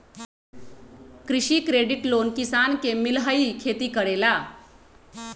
कृषि credit loan किसान के मिलहई खेती करेला?